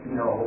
no